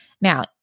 Now